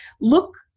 look